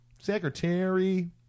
secretary